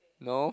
no